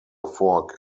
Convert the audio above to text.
fork